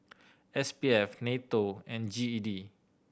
S P F NATO and G E D